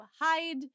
hide